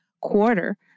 quarter